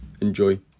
Enjoy